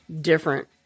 different